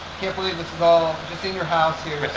can't believe this is all just in your house here